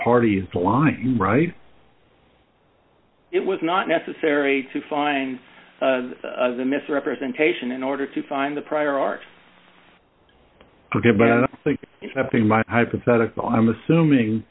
party line right it was not necessary to find the misrepresentation in order to find the prior art but i think my hypothetical i'm assuming